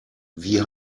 wie